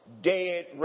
dead